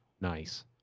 nice